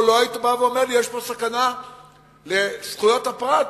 או היית בא ואומר: יש פה סכנה לזכויות הפרט